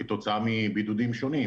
כתוצאה מבידודים שונים,